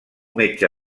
metge